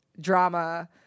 drama